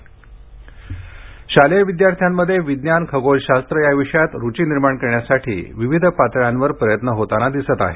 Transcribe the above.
लघग्रह शालेय विद्यार्थ्यांमध्ये विज्ञान खगोलशास्त्र या विषयात रुची निर्माण करण्यासाठी विविध पातळ्यांवर प्रयत्न होताना दिसत आहेत